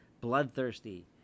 bloodthirsty